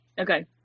Okay